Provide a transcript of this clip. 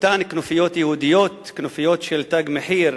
אותן כנופיות יהודיות, כנופיות של "תג מחיר",